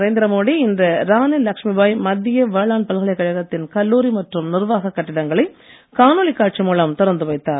நரேந்திர மோடி இன்று ராணி லச்ஷ்மி பாய் மத்திய வேளாண் பல்கலைக்கழகத்தின் கல்லூரி மற்றும் நிர்வாக கட்டிடங்களை காணொலிக் காட்சி மூலம் திறந்து வைத்தார்